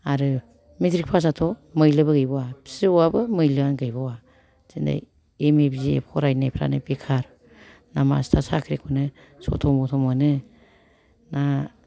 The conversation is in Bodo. आरो मेट्रिक पासआथ' मैलोबो गैबावया फिअ आबो मैलो आनो गैबावा दिनै एम ए बिए फरायनायफ्रानो बेखार ना मास्टार साख्रिखौनो सथ' मथ' मोनो ना